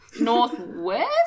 Northwest